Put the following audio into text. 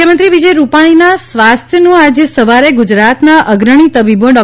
મુખ્યમંત્રી વિજય રૂપાણીના સ્વાસ્થ્યનું આજે સવારે ગુજરાતના અગ્રણી તબીબો ડૉ